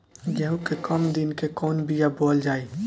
गेहूं के कम दिन के कवन बीआ बोअल जाई?